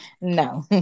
no